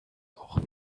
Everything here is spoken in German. auch